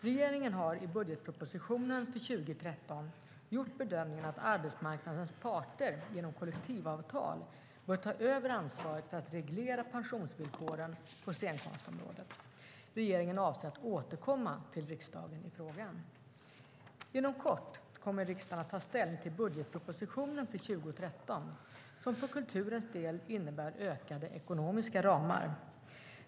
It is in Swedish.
Regeringen har i budgetpropositionen för 2013 gjort bedömningen att arbetsmarknadens parter genom kollektivavtal bör ta över ansvaret för att reglera pensionsvillkoren på scenkonstområdet. Regeringen avser att återkomma till riksdagen i frågan. Inom kort kommer riksdagen att ta ställning till budgetpropositionen för 2013, som för kulturens del innebär ökade ekonomiska ramar.